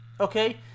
okay